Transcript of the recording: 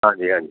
ਹਾਂਜੀ ਹਾਂਜੀ